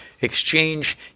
exchange